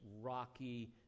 rocky